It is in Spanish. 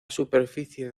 superficie